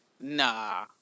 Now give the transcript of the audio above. Nah